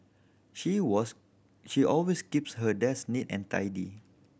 she was she always keeps her desk neat and tidy